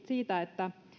siitä että